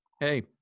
Hey